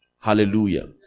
Hallelujah